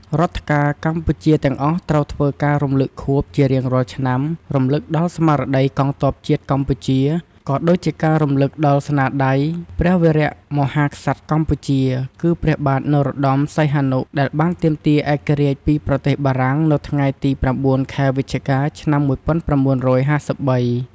រដ្ឋការកម្ពុជាទាំងអស់ត្រូវធ្វើការរំលឹកខួបជារៀងរាល់ឆ្នាំ រំំលឹកដល់ស្មារតីកងទ័ពជាតិកម្ពុជា ក៏ដូចជាការរំលឹកដល់ស្នាដៃព្រះវីរៈមហាក្សត្រកម្ពុជា គឺព្រះបាទនរោត្តមសហនុ ដែលបានទាមទារឯករាជ្យពីប្រទេសបារាំង នៅថ្ងៃទី ៩ ខែវិច្ឆិកា ឆ្នាំ ១៩៥៣ ។